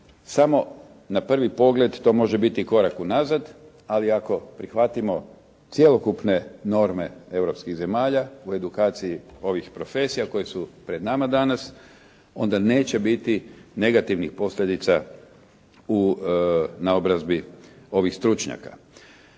samo na pravi pogled to može biti korak u nazad, ali ako prihvatimo cjelokupne norme europskih zemalja u edukaciji ovih profesija koje su pred nama danas onda neće biti negativnih posljedica u naobrazbi ovih stručnjaka.